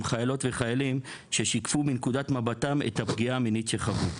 חיילות וחיילים ששיקפו מנקודת מבטם את הפגיעה המינית שחוו.